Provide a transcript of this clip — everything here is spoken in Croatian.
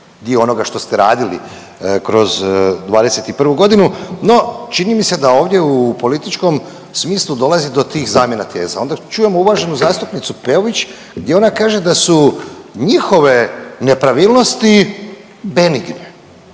dio onoga što ste radili kroz '21.g., no čini mi se da ovdje u političkom smislu dolazi do tih zamjena teza onda čujemo uvaženu zastupnicu Peović gdje ona kaže da su njihove nepravilnosti benigne,